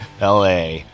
LA